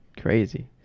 crazy